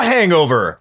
Hangover